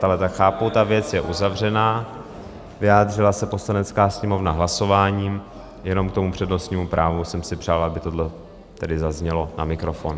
Ale tak chápu, ta věc je uzavřená, vyjádřila se Poslanecká sněmovna hlasováním, jenom k tomu přednostnímu právu jsem si přál, aby tohle tedy zaznělo na mikrofon.